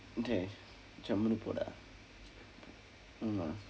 dey ஜம்முனு போ:jammunu poo dah